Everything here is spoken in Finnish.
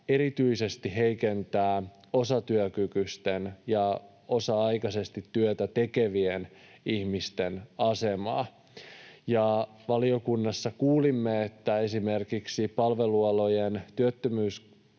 erityisesti osatyökykyisten ja osa-aikaisesti työtä tekevien ihmisten asemaa. Valiokunnassa kuulimme, että esimerkiksi Palvelualojen työttömyyskassan